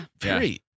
great